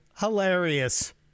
Hilarious